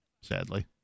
Sadly